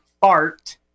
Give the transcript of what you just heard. fart